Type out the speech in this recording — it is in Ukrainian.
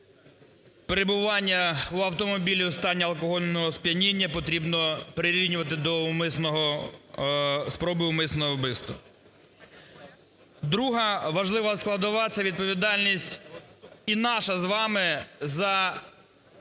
перебування в автомобілі в стані алкогольного сп'яніння потрібно прирівнювати до вмисного… спроби вмисного вбивства. Друга важлива складова – це відповідальність і наша з вами за